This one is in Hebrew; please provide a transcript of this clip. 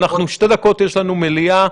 עוד שתי דקות יש לנו מליאה.